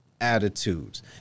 attitudes